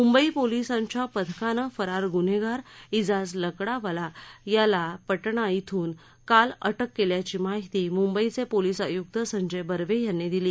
मुंबई पोलिसांच्या पथकानं फरार गुन्हेगार एजाज लकडवाला याला पटना इथून काल अटक केल्याची माहिती मुंबईचे पोलीस आयुक्त संजय बर्वे यांनी दिली